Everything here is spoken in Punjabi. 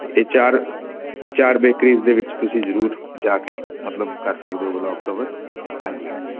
ਅਤੇ ਇਹ ਚਾਰ ਚਾਰ ਬੇਕਰੀਜ਼ ਦੇ ਵਿੱਚ ਤੁਸੀਂ ਜ਼ਰੂਰ ਜਾ ਕੇ ਮਤਲਬ ਕਰ ਸਕਦੇ ਹੋ ਬਲੋਗ ਕਵਰ ਹਾਂਜੀ ਹਾਂਜੀ